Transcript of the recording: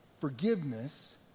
forgiveness